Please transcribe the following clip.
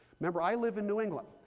remember, i live in new england.